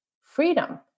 freedom